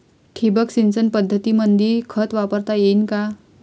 ठिबक सिंचन पद्धतीमंदी खत वापरता येईन का?